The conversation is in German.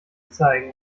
zeigen